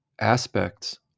aspects